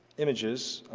images